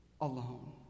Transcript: alone